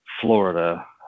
Florida